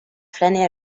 flâner